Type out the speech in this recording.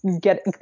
get